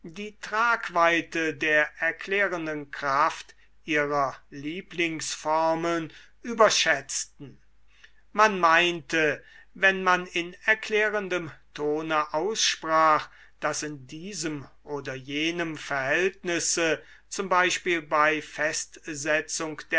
die tragweite der erklärenden kraft ihrer lieblingsformeln überschätzten man meinte wenn man in erklärendem tone aussprach daß in diesem oder jenem verhältnisse z b bei festsetzung